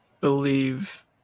believe